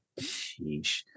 Sheesh